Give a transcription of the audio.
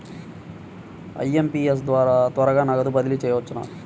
IMPS ద్వారా త్వరగా నగదు బదిలీ చేయవచ్చునా?